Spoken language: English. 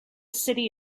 city